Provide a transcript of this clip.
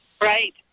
Right